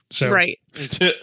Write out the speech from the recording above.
Right